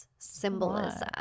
symbolism